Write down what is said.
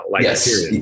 Yes